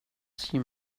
see